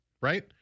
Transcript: right